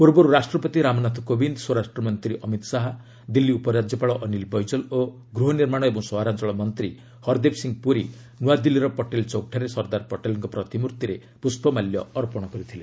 ପୂର୍ବରୁ ରାଷ୍ଟ୍ରପତି ରାମନାଥ କୋବିନ୍ଦ ସ୍ୱରାଷ୍ଟ୍ରମନ୍ତ୍ରୀ ଅମିତ ଶାହା ଦିଲ୍ଲୀ ଉପରାଜ୍ୟପାଳ ଅନୀଲ ବୈଜଲ ଓ ଗୃହନିର୍ମାଣ ଏବଂ ସହରାଞ୍ଚଳ ମନ୍ତ୍ରୀ ହରଦୀପ ସିଂ ପୁରୀ ନୂଆଦିଲ୍ଲୀର ପଟେଲ ଚୌକଠାରେ ସର୍ଦ୍ଦାର ପଟେଲଙ୍କ ପ୍ରତିମୂର୍ତ୍ତିରେ ପୁଷ୍ପମାଲ୍ୟ ଅର୍ପଣ କରିଥିଲେ